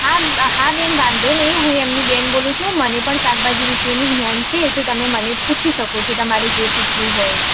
હા બેન વાંધો નઈ હું બેન બોલું છું મને પણ શાકભાજી વિશેનું જ્ઞાન છે તમે મને પૂછી શકો છો તમારે જે પૂછવું હોય એ